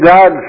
God